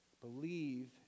Believe